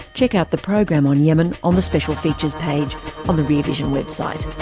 check out the program on yemen on the special features page on the rear vision website.